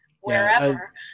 wherever